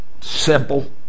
simple